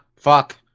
fuck